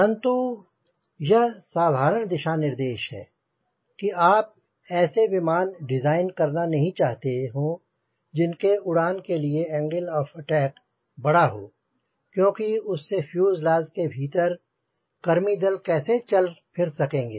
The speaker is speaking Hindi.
परंतु यह साधारण दिशा निर्देश हैं कि आप ऐसे विमान डिज़ाइन करना नहीं चाहते हो जिनके उड़ान के लिए एंगल ऑफ़ अटैक बड़ा हो क्योंकि उससे फ्यूजलाज़ के भीतर कर्मी दल कैसे चल फिर सकेंगे